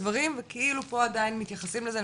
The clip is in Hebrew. דברים וכאילו פה עדיין מתייחסים לזה,